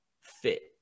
fit